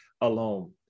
alone